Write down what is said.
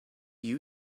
you